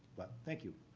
but, thank you.